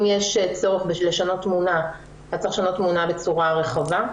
אם יש צורך לשנות תמונה אז צריך לשנות תמונה בצורה רחבה.